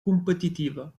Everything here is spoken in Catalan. competitiva